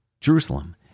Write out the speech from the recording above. Jerusalem